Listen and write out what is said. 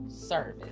service